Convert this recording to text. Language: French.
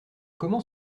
comment